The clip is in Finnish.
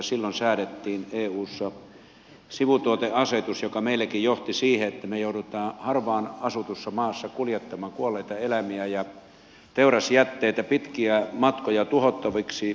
silloin säädettiin eussa sivutuoteasetus joka meilläkin johti siihen että me joudumme harvaan asutussa maassa kuljettamaan kuolleita eläimiä ja teurasjätteitä pitkiä matkoja tuhottaviksi